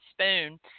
spoon